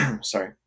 sorry